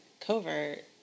covert